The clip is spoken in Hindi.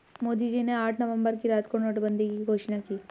मोदी जी ने आठ नवंबर की रात को नोटबंदी की घोषणा की